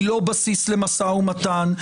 היא לא בסיס למשא ומתן,